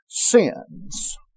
sins